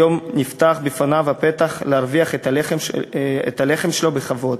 היום נפתח בפניו הפתח להרוויח את הלחם שלו בכבוד.